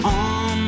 on